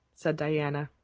said diana,